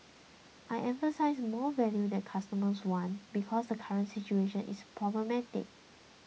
I emphasised 'more value that customers want' because the current situation is problematic